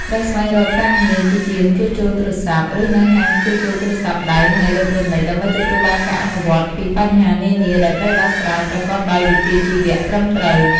ត្រូវស្វែងរកការងារជាជាងជួសជុលទូរស័ព្ទ ឬនៅហាងជួសជុលទូរស័ព្ទដៃ និងអេឡិចត្រូនិច ដើម្បីទទួលបានការអនុវត្តន៍ពីបញ្ហានានាដែលត្រូវដោះស្រាយប្រកបដោយវិជ្ជាជីវះត្រឹមត្រូវ។